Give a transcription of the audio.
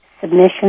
Submission